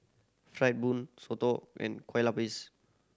fried soto and kuih